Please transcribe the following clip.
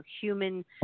human